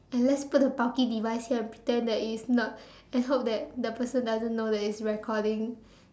and let's put the bulky device here and pretend that it is not and hope that the person doesn't know that it's recording